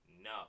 no